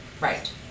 Right